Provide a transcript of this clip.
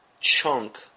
chunk